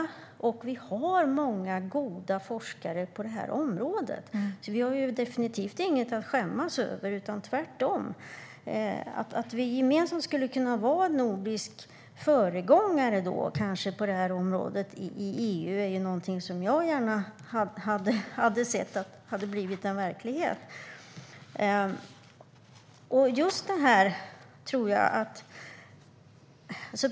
Vi har också många goda forskare på området, så vi har definitivt inget att skämmas över - tvärtom. Att vi gemensamt kanske skulle kunna vara en nordisk föregångare på det här området i EU är ju någonting jag gärna hade sett bli verklighet.